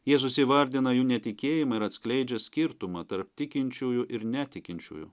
jėzus įvardina jų netikėjimą ir atskleidžia skirtumą tarp tikinčiųjų ir netikinčiųjų